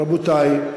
רבותי,